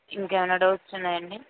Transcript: ఇంకేమన్నా డౌట్స్ ఉన్నాయండి